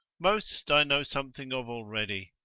most i know something of already.